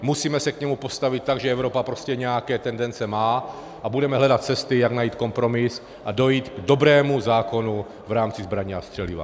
Musíme se k němu postavit tak, že Evropa prostě nějaké tendence má, a budeme hledat cesty, jak najít kompromis a dojít k dobrému zákonu v rámci zbraní a střeliva.